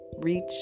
reach